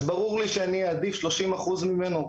אז ברור לי שאני אעדיף 30% ממנו או